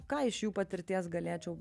ką iš jų patirties galėčiau